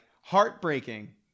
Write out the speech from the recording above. Heartbreaking